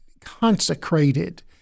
consecrated